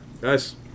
Guys